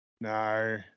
No